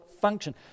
function